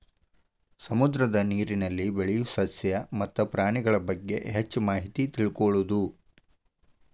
ಸಮುದ್ರದ ನೇರಿನಲ್ಲಿ ಬೆಳಿಯು ಸಸ್ಯ ಮತ್ತ ಪ್ರಾಣಿಗಳಬಗ್ಗೆ ಹೆಚ್ಚ ಮಾಹಿತಿ ತಿಳಕೊಳುದು